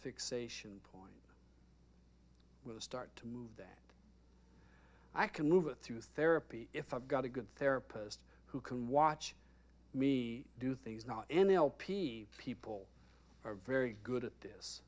fixation point will start to move that i can move it through therapy if i've got a good therapist who can watch me do things not n l p people are very good at this